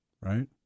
right